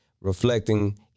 reflecting